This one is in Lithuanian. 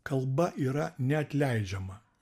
kalba yra neatleidžiama